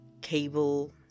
cable